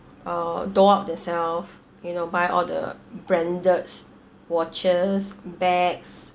uh doll up themself you know buy all the branded watches bags